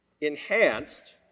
enhanced